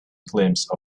glimpse